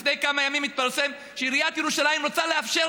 לפני כמה ימים התפרסם שעיריית ירושלים רוצה לאפשר